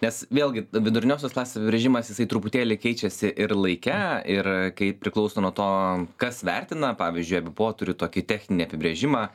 nes vėlgi viduriniosios klasės apibrėžimas jisai truputėlį keičiasi ir laike ir kai priklauso nuo to kas vertina pavyzdžiui po turiu tokį techninį apibrėžimą